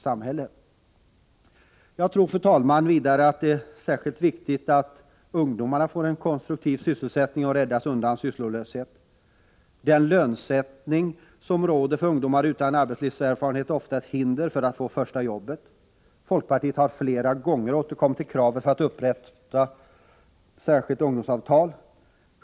Jag tror vidare, fru talman, att det är särskilt viktigt att ungdomarna får konstruktiv sysselsättning och räddas undan sysslolöshet. Den lönesättning som råder för ungdomar utan arbetslivserfarenhet är ofta ett hinder för dem att få ”första jobbet”. Folkpartiet har flera gånger återkommit till kravet på 79 att upprätta ett särskilt ungdomsavtal.